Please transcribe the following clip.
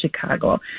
Chicago